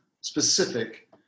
specific